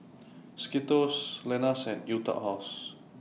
Skittles Lenas and Etude House